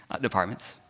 departments